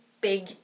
big